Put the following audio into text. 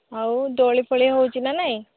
ଆଉ ଦୋଳି ଫୋଳି ହେଉଛି ନା ନାଇଁ